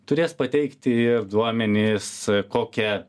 turės pateikti ir duomenis kokią